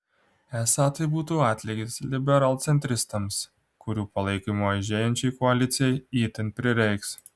esą tai būtų atlygis liberalcentristams kurių palaikymo aižėjančiai koalicijai itin prireiks